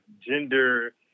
gender